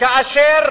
כאשר